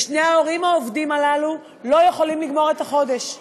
ושני ההורים העובדים הללו לא יכולים לגמור את החודש.